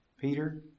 Peter